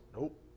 Nope